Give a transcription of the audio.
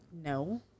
no